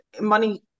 money